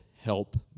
help